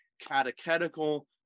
catechetical